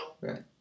Right